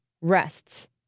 rests